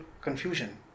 confusion